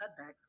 cutbacks